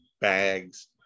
bags